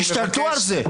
תשתלטו על זה.